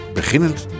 beginnend